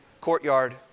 courtyard